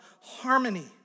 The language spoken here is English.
harmony